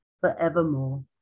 forevermore